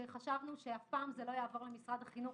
שחשבנו שהפעם זה לא יעבור למשרד החינוך,